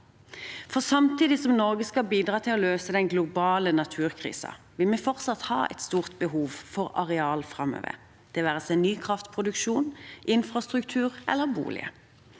Samtidig som Norge skal bidra til å løse den globale naturkrisen, vil vi fortsatt ha et stort behov for areal framover, det være seg ny kraftproduksjon, infrastruktur eller boliger.